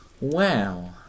Wow